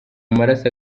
amaraso